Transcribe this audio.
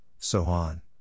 Sohan